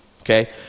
Okay